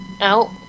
out